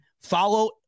follow